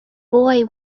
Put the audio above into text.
boy